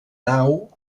nau